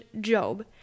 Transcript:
Job